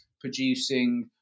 producing